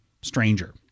stranger